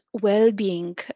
well-being